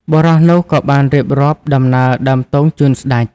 បុរសនោះក៏បានរៀបរាប់ដំណើរដើមទងជូនស្ដេច។